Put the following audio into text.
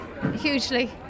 hugely